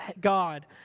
God